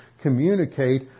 communicate